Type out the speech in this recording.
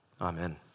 Amen